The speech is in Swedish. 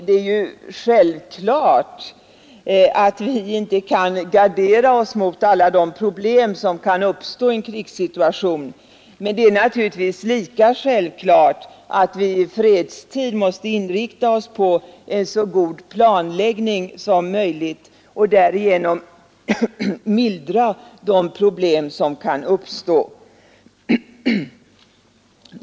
Det är självklart att vi inte kan gardera oss mot alla de problem som kan uppstå i en krigssituation. Men det är lika självklart att vi i fredstid måste inrikta oss på en så god planläggning som möjligt och därigenom mildra de problem som kan uppstå.